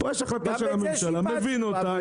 פה יש החלטה של הממשלה שאני מבין אותה.